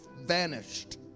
vanished